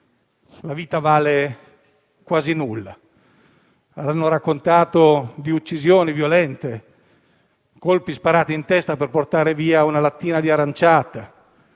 la vita vale quasi nulla. Hanno raccontato di uccisioni violente, di colpi sparati in testa per portare via una lattina di aranciata.